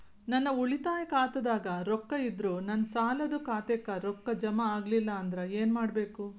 ನನ್ನ ಉಳಿತಾಯ ಖಾತಾದಾಗ ರೊಕ್ಕ ಇದ್ದರೂ ನನ್ನ ಸಾಲದು ಖಾತೆಕ್ಕ ರೊಕ್ಕ ಜಮ ಆಗ್ಲಿಲ್ಲ ಅಂದ್ರ ಏನು ಮಾಡಬೇಕು?